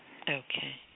Okay